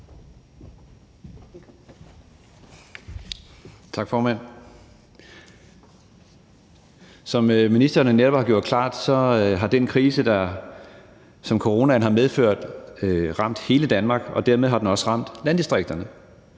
Som ministeren jo netop har gjort klart, har den krise, som coronaen har medført, ramt hele Danmark, og dermed har den også ramt landdistrikterne.